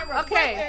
okay